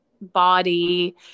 body